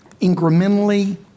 incrementally